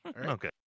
Okay